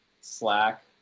slack